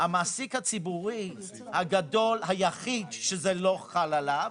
המעסיק הציבורי הגדול היחיד שזה לא חל עליו,